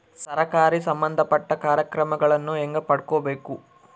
ಸರಕಾರಿ ಸಂಬಂಧಪಟ್ಟ ಕಾರ್ಯಕ್ರಮಗಳನ್ನು ಹೆಂಗ ಪಡ್ಕೊಬೇಕು?